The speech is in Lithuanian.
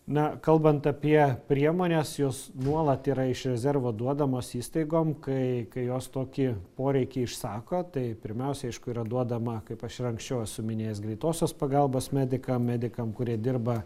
na kalbant apie priemones jos nuolat yra iš rezervo duodamos įstaigom kai kai jos tokį poreikį išsako tai pirmiausia aišku yra duodama kaip aš ir anksčiau esu minėjęs greitosios pagalbos medikam medikam kurie dirba